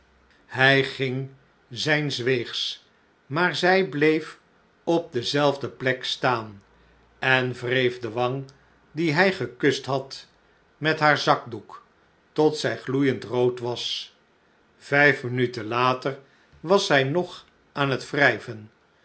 hij ging zijns weegs maar zij bleef op dezelfde plek staan en wreef de wang die hij de verschillende vereenigingen van coketown gekust had met haar zakdoek tot zij gloeiend rood was vijf minuten later was zij nog aan net wrijven